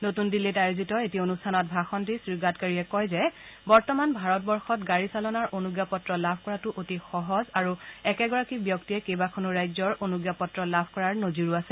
নতুন দিল্লীত আয়োজিত এটা অনুষ্ঠানত ভাষণ দি শ্ৰীগাডকাৰীয়ে কয় যে বৰ্তমান ভাৰতবৰ্ষত গাড়ী চালনাৰ অনুজ্ঞা পত্ৰ লাভ কৰাটো অতি সহজ আৰু একেগৰাকী ব্যক্তিয়ে কেইবাখনো ৰাজ্যৰ অনুজ্ঞা পত্ৰ লাভ কৰাৰো নজিৰ আছে